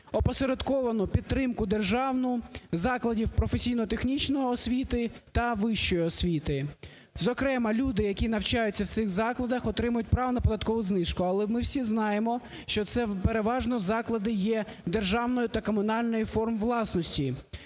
опосередковану підтримку державну закладів професійно-технічної освіти та вищої освіти. Зокрема, люди, які навчаються в цих закладах, отримають право на податкову знижку, але ми всі знаємо, що це переважно заклади є державної та комунальної форм власності.